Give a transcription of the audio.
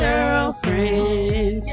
Girlfriend